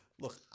look